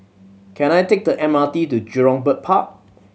can I take the M R T to Jurong Bird Park